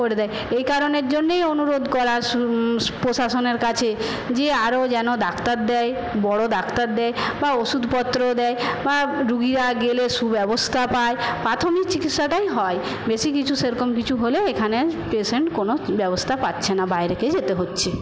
করে দেয় এই কারণের জন্যই অনুরোধ করা প্রশাসনের কাছে যে আরও যেন ডাক্তার দেয় বড়ো ডাক্তার দেয় বা ওষুধপত্র দেয় বা রুগিরা গেলে সুব্যবস্থা পায় প্রাথমিক চিকিৎসাটাই হয় বেশি কিছু সেরকম কিছু হলে এখানে পেশেন্ট কোনও ব্যবস্থা পাচ্ছে না বাইরেই যেতে হচ্ছে